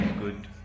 good